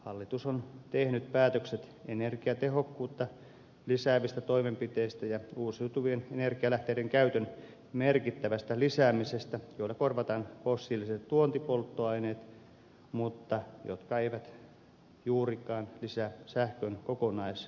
hallitus on tehnyt päätökset energiatehokkuutta lisäävistä toimenpiteistä ja uusiutuvien energialähteiden käytön merkittävästä lisäämisestä joilla korvataan fossiiliset tuontipolttoaineet mutta jotka eivät juurikaan lisää sähkön kokonaistuotantoa